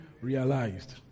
realized